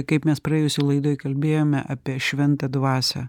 kaip mes praėjusioj laidoj kalbėjome apie šventą dvasią